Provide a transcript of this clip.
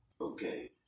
okay